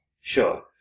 Sure